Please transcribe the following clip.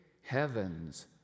heavens